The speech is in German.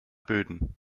böden